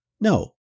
No